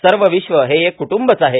सर्व विश्व हे एक क्रुद्रंबच आहे